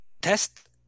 test